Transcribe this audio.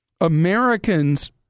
Americans